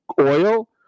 Oil